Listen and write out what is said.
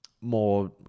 more